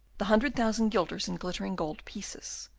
the hundred thousand guilders in glittering gold pieces,